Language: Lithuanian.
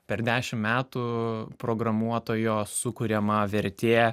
per dešimt metų programuotojo sukuriama vertė